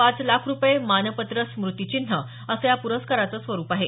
पाच लाख रुपये मानपत्र स्मृतिचिन्ह असं या पुरस्काराचं स्वरुप आहे